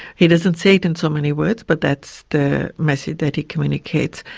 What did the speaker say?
he doesn't say it in so many words, but that's the message that he communicates.